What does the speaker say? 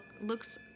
looks